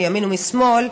מימין ומשמאל.